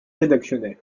rédactionnel